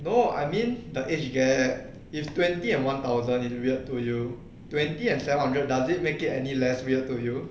no I mean the age gap if twenty and one thousand is weird to you twenty and seven hundred does make it any less weird to you